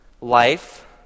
life